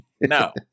no